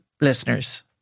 listeners